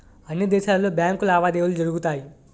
అన్ని దేశాలలో బ్యాంకు లావాదేవీలు జరుగుతాయి